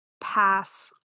pass